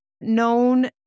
known